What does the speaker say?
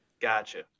Gotcha